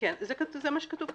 מה שכתוב פה